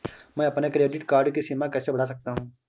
मैं अपने credit card की सीमा कैसे बढ़ा सकता हूँ?